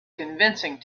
convincing